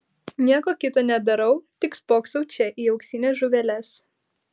nieko kito nedarau tik spoksau čia į auksines žuveles